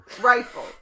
Rifle